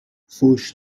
فحش